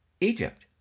Egypt